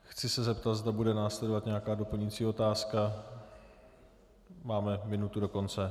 Chci se zeptat, zda bude následovat nějaká doplňující otázka, máme minutu do konce.